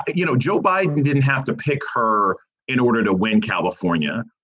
but you know, joe biden didn't have to pick her in order to win california.